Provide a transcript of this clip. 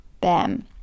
bam